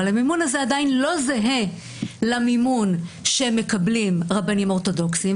אבל המימון הזה עדיין לא זהה למימון שמקבלים רבנים אורתודוקסים,